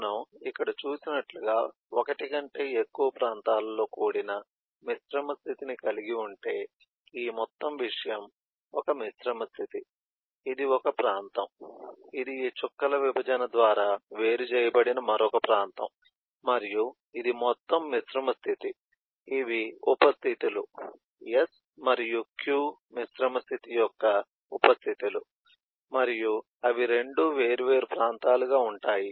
మనము ఇక్కడ చూసినట్లుగా ఒకటి కంటే ఎక్కువ ప్రాంతాలతో కూడిన మిశ్రమ స్థితిని కలిగి ఉంటే ఈ మొత్తం విషయం ఒక మిశ్రమ స్థితి ఇది ఒక ప్రాంతం ఇది ఈ చుక్కల విభజన ద్వారా వేరు చేయబడిన మరొక ప్రాంతం మరియు ఇది మొత్తం మిశ్రమ స్థితి ఇవి ఉప స్థితి లు S మరియు Q మిశ్రమ స్థితి యొక్క ఉప స్థితి లు మరియు అవి 2 వేర్వేరు ప్రాంతాలుగా ఉంటాయి